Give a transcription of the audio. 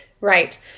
Right